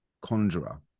Conjurer